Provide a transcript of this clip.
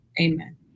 Amen